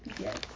Yes